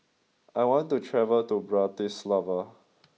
I want to travel to Bratislava